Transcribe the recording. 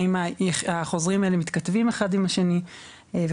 האם החוזרים האלה מתכתבים אחד עם השני וכו',